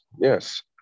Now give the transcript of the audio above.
Yes